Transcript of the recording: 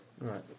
Right